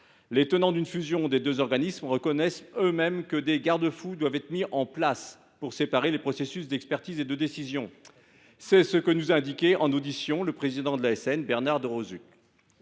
Les partisans d’une fusion des deux organismes reconnaissent eux mêmes que des garde fous doivent être mis en place pour séparer les différentes étapes du processus d’expertise et de décision. C’est ce que nous a indiqué en audition le président de l’ASN, M. Bernard Doroszczuk.